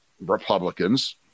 Republicans